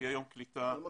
שיהיה יום קליטה פורה.